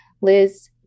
Liz